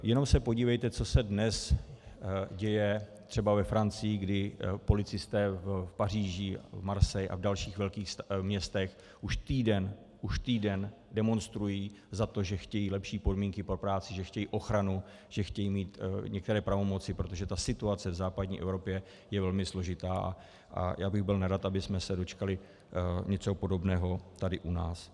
Jenom se podívejte, co se dnes děje třeba ve Francii, kdy policisté v Paříži, Marseille a v dalších velkých městech už týden demonstrují za to, že chtějí lepší podmínky pro práci, že chtějí ochranu, že chtějí mít některé pravomoci, protože situace v západní Evropě je velmi složitá a já bych byl nerad, abychom se dočkali něčeho podobného tady u nás.